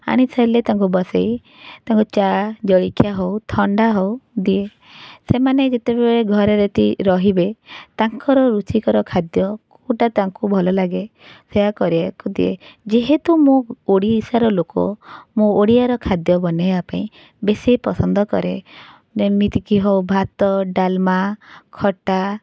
ଆଣିସାଇଲେ ତାଙ୍କୁ ବସାଇ ତାଙ୍କୁ ଚା ଜଳିଖିଆ ହଉ ଥଣ୍ଡା ହଉ ଦିଏ ସେମାନେ ଯେତେବେଳେ ଘରେ ଯଦି ରହିବେ ତାଙ୍କର ରୁଚିକର ଖାଦ୍ୟ କେଉଁଟା ତାଙ୍କୁ ଭଲ ଲାଗେ ସେୟା କରିବାକୁ ଦିଏ ଯେହେତୁ ମୁଁ ଓଡ଼ିଶାର ଲୋକ ମୋ ଓଡ଼ିଆର ଖାଦ୍ୟ ବନାଇବାପାଇଁ ବେଶୀ ପସନ୍ଦ କରେ ଯେମିତିକି ହଉ ଭାତ ଡାଲମା ଖଟା